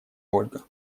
ольга